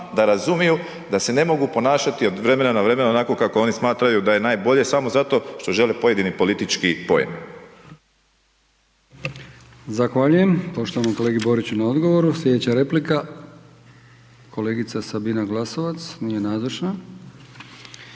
da razumiju da se ne mogu ponašati od vremena na vremena onako kako oni smatraju da je najbolje samo zato što žele pojedini politički poen.